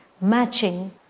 matching